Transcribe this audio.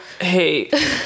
hey